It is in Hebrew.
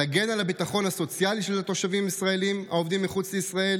תגן על הביטחון הסוציאלי של התושבים הישראלים העובדים מחוץ לישראל